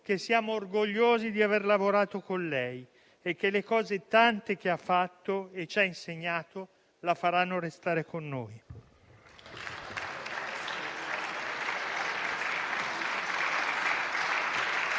che siamo orgogliosi di aver lavorato con lei e che le tante cose che ha fatto e ci ha insegnato la faranno restare con noi.